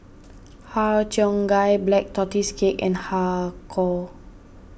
Har Cheong Gai Black Tortoise Cake and Har Kow